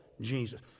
Jesus